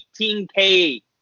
18K